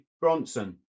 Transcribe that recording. Bronson